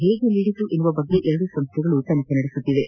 ಹೇಗೆ ನೀಡಿತು ಎಂಬ ಬಗ್ಗೆ ಎರಡೂ ಸಂಸ್ಥೆಗಳು ತನಿಖೆ ನಡೆಸುತ್ತಿವೆ